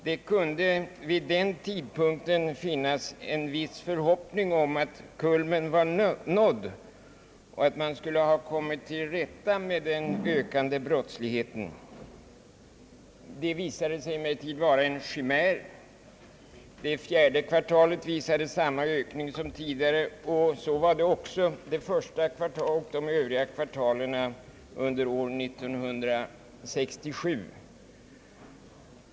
Det kunde vid den tidpunkten finnas en viss förhoppning om att kulmen var nådd och att man skulle ha kommit till rätta med den ökande brottsligheten. Detta visade sig emellertid vara en chimär. Det fjärde kvartalet visade samma ökning som tidigare, likaså alla kvartalen 1967.